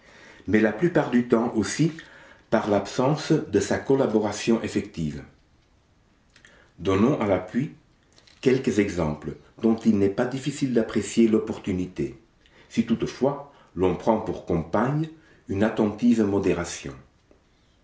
mais la plupart du temps aussi par l'absence de sa collaboration effective donnons à l'appui quelques exemples dont il n'est pas difficile d'apprécier l'opportunité si toutefois l'on prend pour compagne une attentive modération